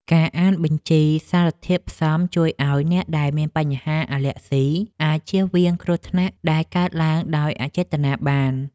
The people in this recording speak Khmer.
ការអានបញ្ជីសារធាតុផ្សំជួយឱ្យអ្នកដែលមានបញ្ហាអាឡែហ្ស៊ីអាចចៀសវាងគ្រោះថ្នាក់ដែលកើតឡើងដោយអចេតនាបាន។